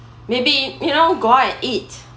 maybe you know go and eat